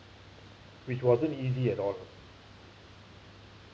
which wasn't easy at all